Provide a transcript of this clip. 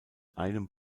einem